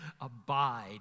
abide